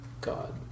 God